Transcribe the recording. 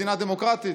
מדינה דמוקרטית.